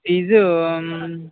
fees